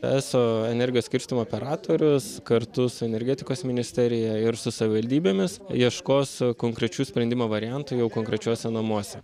eso energijos skirstymo operatorius kartu su energetikos ministerija ir su savivaldybėmis ieškos konkrečių sprendimo variantų jau konkrečiose namuose